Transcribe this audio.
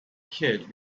kid